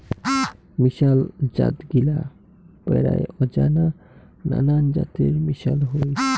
মিশাল জাতগিলা পরায় অজানা নানান জাতের মিশল হই